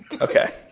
Okay